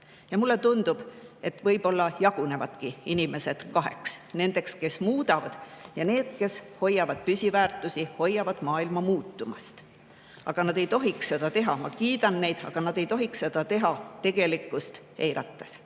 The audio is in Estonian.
Mulle tundub, et võib-olla jagunevadki inimesed kaheks: nendeks, kes muudavad, ja nendeks, kes hoiavad püsiväärtusi, hoiavad maailma muutumast. Aga nad ei tohiks seda teha. Ma kiidan neid, aga nad ei tohiks seda teha tegelikkust eirates.